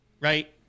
right